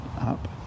up